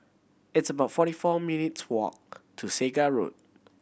it's about forty four minutes' walk to Segar Road